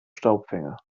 staubfänger